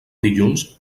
dilluns